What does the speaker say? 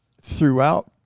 throughout